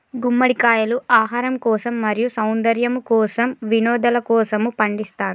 గుమ్మడికాయలు ఆహారం కోసం, మరియు సౌందర్యము కోసం, వినోదలకోసము పండిస్తారు